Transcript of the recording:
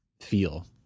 feel